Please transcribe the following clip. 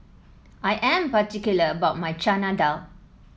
I am particular about my Chana Dal